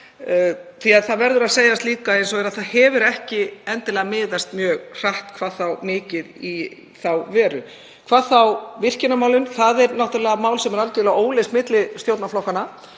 því að það verður að segjast eins og er að því hefur ekki endilega miðað mjög hratt áfram eða mikið í þá veru, hvað þá í virkjunarmálum. Það eru náttúrlega mál sem eru algerlega óleyst milli stjórnarflokkanna,